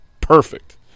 perfect